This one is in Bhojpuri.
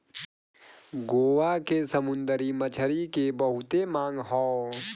गोवा के समुंदरी मछरी के बहुते मांग हौ